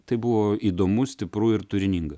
tai buvo įdomu stipru ir turininga